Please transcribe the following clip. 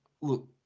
look